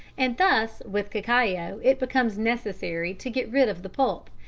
and thus with cacao it becomes necessary to get rid of the pulp,